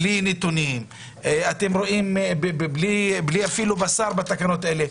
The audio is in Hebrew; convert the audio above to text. בלי נתונים, בלי אפילו בשר בתקנות האלה.